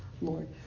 Lord